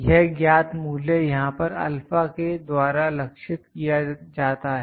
यह ज्ञात मूल्य यहां पर α के द्वारा लक्षित किया जाता है